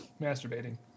masturbating